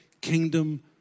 kingdom